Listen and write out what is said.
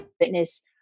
fitness